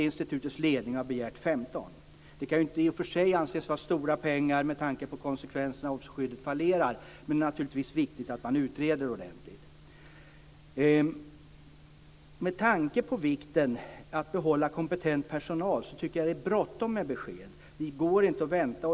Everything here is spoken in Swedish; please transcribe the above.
Institutets ledning har begärt 15 miljoner. Det kan i och för sig inte anses vara stora pengar med tanke på konsekvenserna om skyddet fallerar men det är naturligtvis viktigt att man utreder ordentligt. Med tanke på vikten av att behålla kompetent personal tycker jag att det är bråttom med besked; det går inte att vänta.